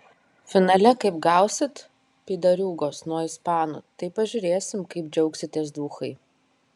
finale kaip gausit pydariūgos nuo ispanų tai pažiūrėsim kaip džiaugsitės duchai